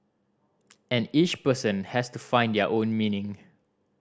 and each person has to find their own meaning